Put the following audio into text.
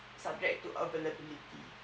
subject to availability